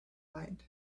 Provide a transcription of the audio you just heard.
mind